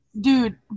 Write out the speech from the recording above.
Dude